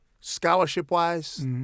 Scholarship-wise